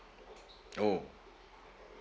orh